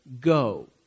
go